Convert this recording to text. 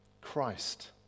Christ